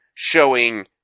showing